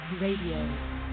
Radio